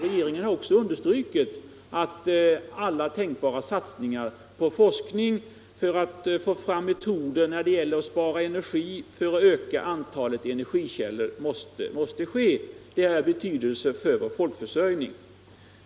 Regeringen har också understrukit att alla tänkbara satsningar på forskning måste ske för att få fram metoder när det gäller att spara energi och för att öka antalet energikällor. Det har betydelse för vår folkförsörjning.